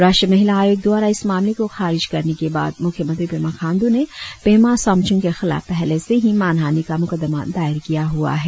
राष्ट्रीय महिला आयोग द्वारा इस मामले को खारिज करने के बाद मुख्यमंत्री पेमा खांडू ने पेमा सामचुंग के खिलाफ पहले से ही मानहानी का मुकदमा दायर किया हुआ है